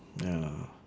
ya